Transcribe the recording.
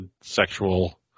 sexual